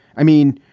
i mean,